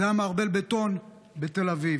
זה היה מערבל בטון בתל אביב.